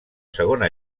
segona